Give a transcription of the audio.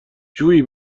جویی